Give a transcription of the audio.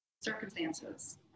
circumstances